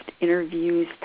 interviews